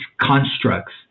constructs